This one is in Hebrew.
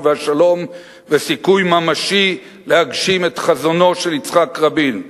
והשלום וסיכוי ממשי להגשים את חזונו של יצחק רבין,